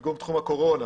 כגון תחום הקורונה,